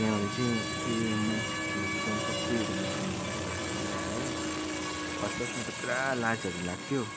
त्यहाँबाट चाहिँ ए मान्छेको छेउमा गीत गाउनु सक्छु भन्ने भनेर आयो फर्स्ट फर्स्टमा त पुरा लाजहरू लाग्थ्यो